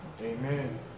Amen